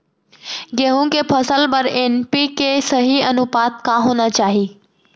गेहूँ के फसल बर एन.पी.के के सही अनुपात का होना चाही?